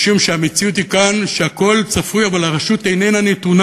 משום שהמציאות כאן היא שהכול צפוי אבל הרשות איננה נתונה.